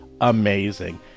amazing